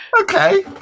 Okay